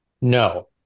No